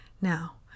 Now